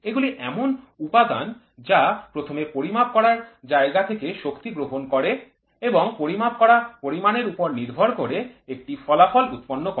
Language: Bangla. এগুলি এমন উপাদান যা প্রথমে পরিমাপ করার জায়গা থেকে শক্তি গ্রহণ করে এবং পরিমাপ করা পরিমাণের উপর নির্ভর করে একটি ফলাফল উৎপন্ন করে